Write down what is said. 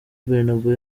bernabeu